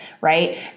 right